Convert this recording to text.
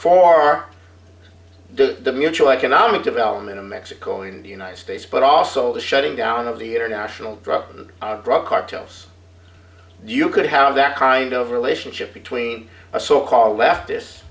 to the mutual economic development in mexico in the united states but also the shutting down of the international drug drug cartels you could have that kind of relationship between a so called leftist